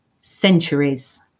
centuries